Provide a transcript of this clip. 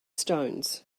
stones